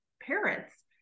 parents